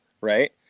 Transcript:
right